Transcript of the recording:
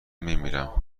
میمیرم